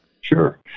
Sure